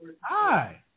Hi